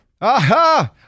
Aha